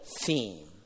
theme